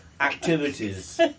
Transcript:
activities